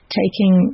taking